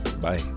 Bye